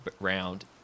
round